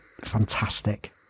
fantastic